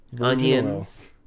onions